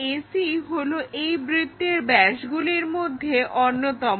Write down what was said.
AC হলো এই বৃত্তের ব্যাসগুলির মধ্যে অন্যতম